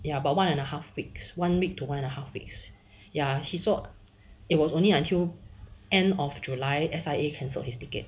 ya about one and a half weeks one week to one and a half weeks ya he so it was only until end of july S_I_A cancelled his ticket